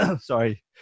Sorry